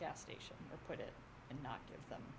gas station or put it and not give them